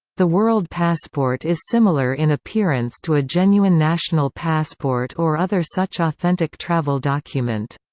the world passport is similar in appearance to a genuine national passport or other such authentic travel document.